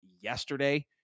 yesterday